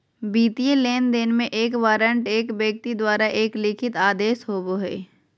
वित्तीय लेनदेन में, एक वारंट एक व्यक्ति द्वारा एक लिखित आदेश होबो हइ